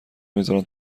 میذارن